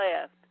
left